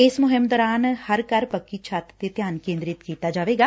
ਇਸ ਮੁਹਿੰਮ ਦੌਰਾਨ ਹਰ ਘਰ ਪੱਖੀ ਛੱਤ ਤੇ ਧਿਆਨ ਕੇਂਦਰਿਤ ਕੀਤਾ ਜਾਏਗਾ